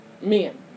men